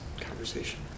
conversation